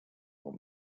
old